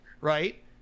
right